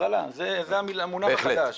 הטרלה זה המונח החדש.